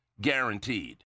Guaranteed